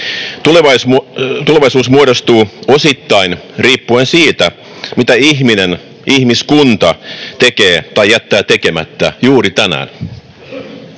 Tulevaisuus muodostuu osittain riippuen siitä, mitä ihminen, ihmiskunta tekee tai jättää tekemättä juuri tänään.